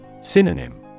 Synonym